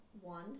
one